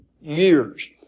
years